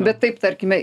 bet taip tarkime